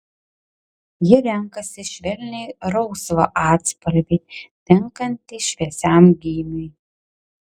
ji renkasi švelniai rausvą atspalvį tinkantį šviesiam gymiui